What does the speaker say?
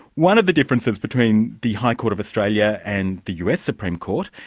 one of the differences between the high court of australia and the us supreme court,